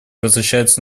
возвращается